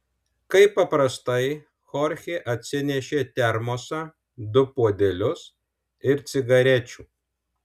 kaip paprastai chorchė atsinešė termosą du puodelius ir cigarečių